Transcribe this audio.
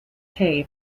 cay